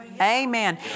Amen